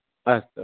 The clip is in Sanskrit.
अस्तु अस्तु